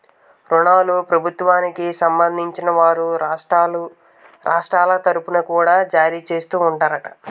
ఋణాలను ప్రభుత్వానికి సంబంధించిన వారు రాష్ట్రాల తరుపున కూడా జారీ చేస్తూ ఉంటారట